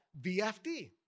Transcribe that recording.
VFD